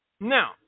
Now